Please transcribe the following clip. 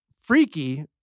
freaky